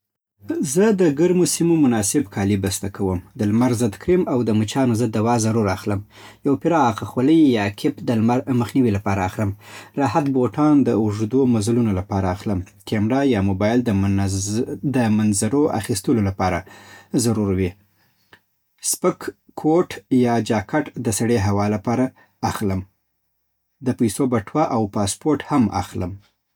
زه د ګرمو سیمو مناسب کالي بسته کوم. د لمر ضد کریم او د مچانو ضد دوا ضرور اخلم. یو پراخ خولۍ یا کیپ د لمر مخنیوي لپاره اخلم. راحت بوټان د اوږدو مزلونو لپاره اخلم. کیمره یا موبایل د منظرو اخیستلو لپاره ضرور وي. سپک کوټ یا جاکټ د سړې هوا لپاره هم اخلم. د پیسو بټوه، او پاسپورټ هم اخلم.